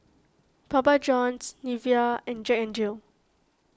Papa Johns Nivea and Jack N Jill